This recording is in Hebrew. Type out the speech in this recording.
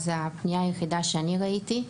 זאת הפנייה היחידה שאני ראיתי,